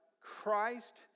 Christ